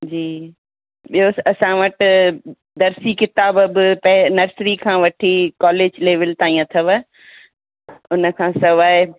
जी ॿियों असां वटि दर्सी किताब बि पे नर्सरी खां वठी कॉलेज लेवल ताईं अथव हुन खां सवाइ